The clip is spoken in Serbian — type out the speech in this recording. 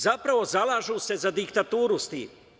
Zapravo, zalažu se za diktaturu s tim.